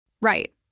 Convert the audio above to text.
Right